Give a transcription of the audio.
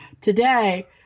Today